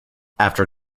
after